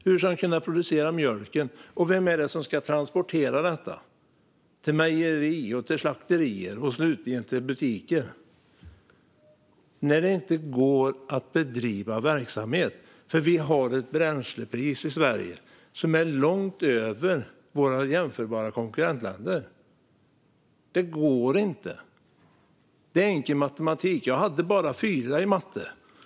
Hur ska de kunna producera mjölken? Och vem ska transportera det till mejerier, till slakterier och slutligen till butiker, när det inte går att bedriva verksamhet därför att vi har ett bränslepris i Sverige som ligger långt över priset i våra jämförbara konkurrentländer? Det går inte. Det är enkel matematik. Jag hade bara en fyra i matte.